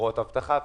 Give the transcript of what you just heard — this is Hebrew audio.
חברות אבטחה וכו'.